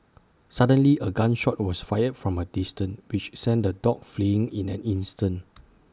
suddenly A gun shot was fired from A distance which sent the dogs fleeing in an instant